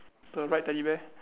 the right teddy bear